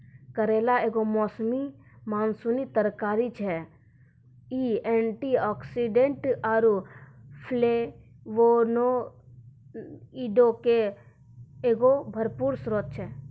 करेला एगो मौसमी मानसूनी तरकारी छै, इ एंटीआक्सीडेंट आरु फ्लेवोनोइडो के एगो भरपूर स्त्रोत छै